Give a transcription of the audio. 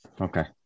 Okay